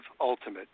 ultimate